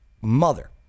mother